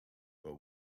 well